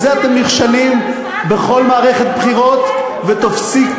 המשרד שלך יבצע את זה?